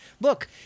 look